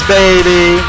baby